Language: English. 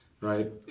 right